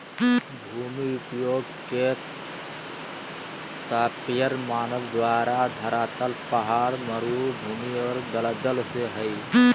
भूमि उपयोग के तात्पर्य मानव द्वारा धरातल पहाड़, मरू भूमि और दलदल से हइ